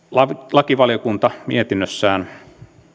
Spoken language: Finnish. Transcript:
lakivaliokunta mietinnössään